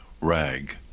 Rag